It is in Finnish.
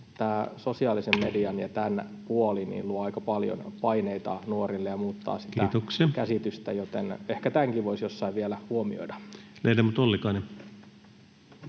tämä sosiaalisen mediankin huoli luo aika paljon paineita nuorille ja muuttaa heidän käsityksiään, [Puhemies: Kiitoksia!] joten ehkä tämänkin voisi jossain vielä huomioida. Ledamot Ollikainen.